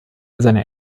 seine